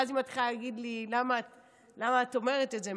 ואז היא מתחילה להגיד לי: למה את אומרת את זה,